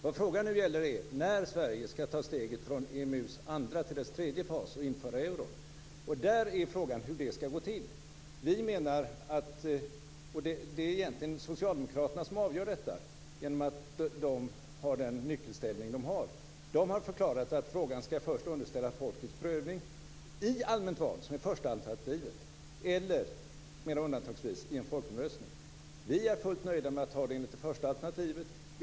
Vad frågan nu gäller är när Sverige ska ta steget från EMU:s andra till dess tredje fas och införa euron. Där är frågan hur det ska gå till. Det är egentligen Socialdemokraterna som avgör detta genom att de har den nyckelställning de har. De har förklarat att frågan först ska underställas folkets prövningen i allmänt val, som är första alternativet, eller, mer undantagsvis, i en folkomröstning. Vi är fullt nöjda med att ta det enligt det första alternativet.